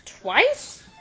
twice